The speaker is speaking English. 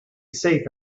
safe